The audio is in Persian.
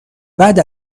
بعد